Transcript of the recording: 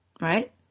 right